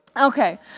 Okay